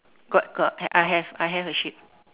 got got I have I have a sheep